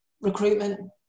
Recruitment